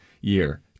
year